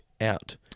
out